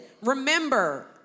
Remember